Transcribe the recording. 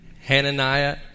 Hananiah